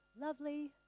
lovely